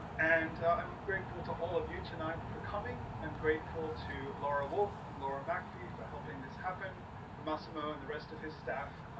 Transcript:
and i'm grateful to all of you tonight for coming i'm grateful to laura wolf and laura mcafee for helping this happen for massimo and the rest of his staff